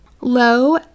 Low